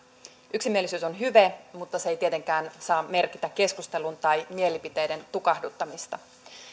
yksimielisyys on hyve mutta se ei tietenkään saa merkitä keskustelun tai mielipiteiden tukahduttamista